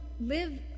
live